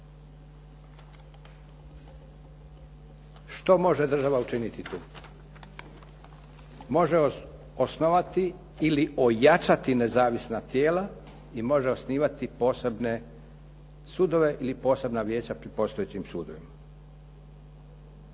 Što može država učiniti tu? Može osnovati ili ojačati nezavisna tijela i može osnivati posebne sudove ili posebna vijeća pri postojećim sudovima.